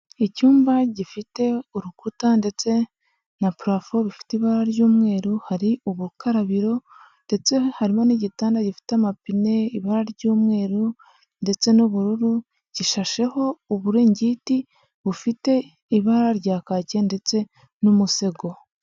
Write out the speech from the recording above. Icyumba gifite urukuta ndetse na purafo bifite ibara ry'umweru, hari ubukarabiro ndetse harimo n'igitanda gifite amapine ibara ry'umweru ndetse n'ubururu gishasheho uburingiti bufite ibara rya kaki ndetse n'umusego.